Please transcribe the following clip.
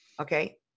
Okay